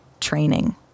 training